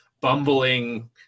bumbling